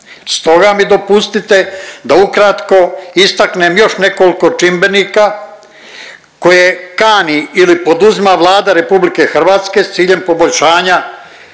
Stoga mi dopustite da ukratko istaknem još nekolko čimbenika koje kani ili poduzima Vlada RH s ciljem poboljšanja